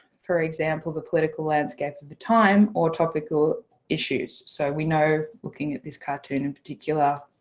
for example the political landscape at the time or topical issues. so we know looking at this cartoon in particular